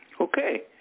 Okay